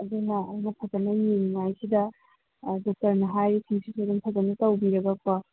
ꯑꯗꯨꯅ ꯑꯩꯅ ꯐꯖꯅ ꯌꯦꯡꯏꯉꯩꯁꯤꯗ ꯗꯣꯛꯇꯔꯅ ꯍꯥꯏꯔꯤꯁꯤꯡꯁꯤꯗ ꯑꯗꯨꯝ ꯐꯖꯅ ꯇꯧꯕꯤꯔꯒꯀꯣ